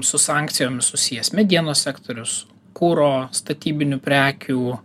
su sankcijomis susijęs medienos sektorius kuro statybinių prekių